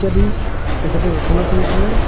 ইত্যাদি তেখেতে ৰচনা কৰিছিলে